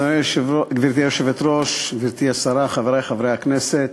גברתי היושבת-ראש, גברתי השרה, חברי חברי הכנסת,